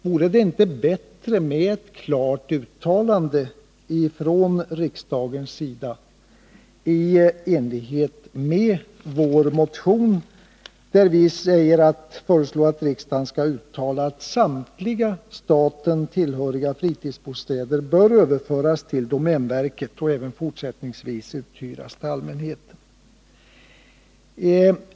Vore det inte bättre med ett klart uttalande från riksdagens sida i enlighet med vår motion? Vi föreslår att riksdagen skall uttala att samtliga av staten tillhöriga fritidsbostäder bör överföras till domänverket och även fortsättningsvis uthyras till allmänheten.